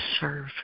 serve